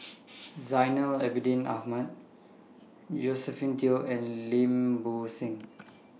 Zainal Abidin Ahmad Josephine Teo and Lim Bo Seng